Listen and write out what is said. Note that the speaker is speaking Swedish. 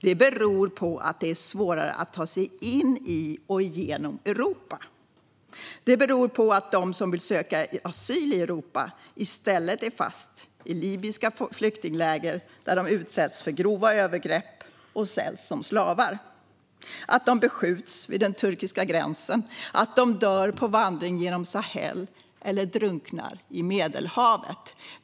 Det beror på att det är svårare att ta sig in i och igenom Europa. Det beror på att de som vill söka asyl i Europa i stället är fast i libyska flyktingläger där de utsätts för grova övergrepp och säljs som slavar, att de beskjuts vid den turkiska gränsen, att de dör på vandring genom Sahel eller drunknar i Medelhavet.